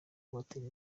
kubatera